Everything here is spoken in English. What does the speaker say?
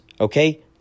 Okay